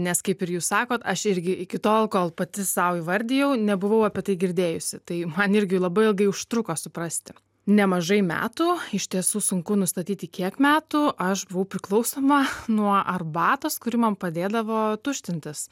nes kaip ir jūs sakot aš irgi iki tol kol pati sau įvardijau nebuvau apie tai girdėjusi tai man irgi labai ilgai užtruko suprasti nemažai metų iš tiesų sunku nustatyti kiek metų aš buvau priklausoma nuo arbatos kuri man padėdavo tuštintis